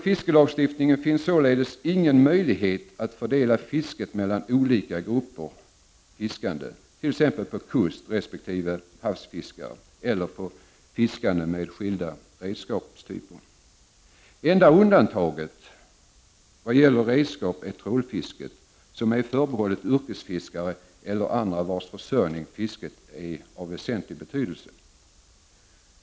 Fiskelagstiftningen ger således ingen möjlighet att fördela fisket mellan olika grupper fiskande, t.ex. på kustresp. havsfiskare eller på fiskande med skilda redskapstyper. Enda undantaget vad gäller redskap är trålfisket, vilket är förbehållet yrkesfiskare eller andra för vars försörjning fisket är av väsentlig betydelse.